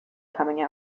coming